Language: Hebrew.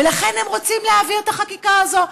ולכן הם רוצים להעביר את החקיקה הזאת,